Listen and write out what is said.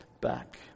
back